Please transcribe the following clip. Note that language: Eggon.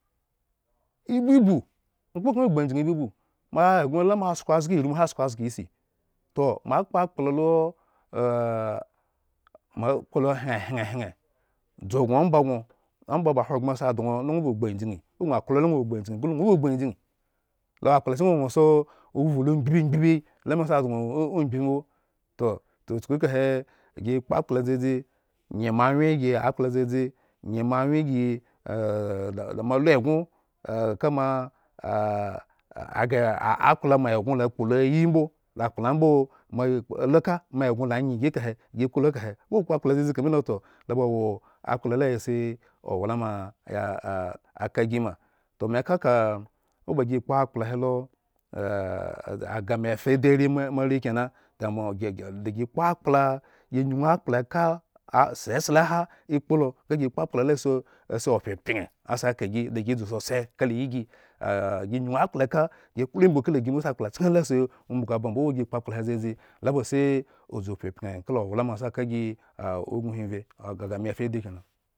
Ibubu ŋwo kpokŋha gbu aygin ibubu, moa egŋo la moasko zga irmu anha zko zga isi. toh. moa kpo akplo mo akpo lo hyenyenen dzgŋo mbo ba. Hogbren si adŋwo ba. gbu ajgin gule ŋwo ba gbuajigin lo wo akplachken angyi gbŋ sa ovhu lo gbibi gbibi la me si adŋo akpla dzadzi, nte moaawyen gi akplo dzdzi, nye moawen gi ah da mo alu egŋo ka moa ah ghre akplammoa egŋo la kpolo ayi mbo la akpla ŋha mbo moa luka mbo egŋo la nye gi ekahe, giekpo lo ekahe ŋwo kpo akp la dzadzi ekapo lo ekahe, ŋwo kpo akp la lasi owlama ya ka gima. Toh me kaeka oba gi kpo akpla helo agah me fa ediri moare kene, da moh gege dagi kpo akla, gi ŋyuŋ akpla eka ah esele ahan ekpolala si opyapyan asi kagi da gi dzu tsotso kala gi. mbo si akplacken lasi umbugu oba mbo, oba gi kpo akpla he dzadzi lo basi odzu pyapyan kala owlama si aka gi ah ubin hi muye.